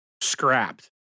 scrapped